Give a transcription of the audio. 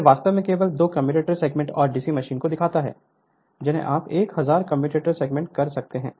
तो यह वास्तव में केवल दो कम्यूटेटर सेगमेंट और डीसी मशीनों को दिखाता है जिन्हें आप 1000 कम्यूटेटर सेगमेंट कर सकते हैं